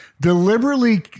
deliberately